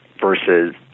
versus